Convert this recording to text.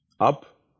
Up